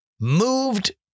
moved